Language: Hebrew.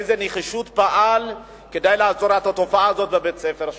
באיזה נחישות פעל כדי לעצור את התופעה הזאת בבית-הספר שם.